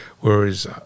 whereas